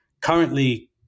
currently